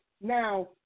now